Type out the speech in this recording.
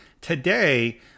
today